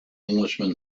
englishman